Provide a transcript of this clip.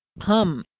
hum!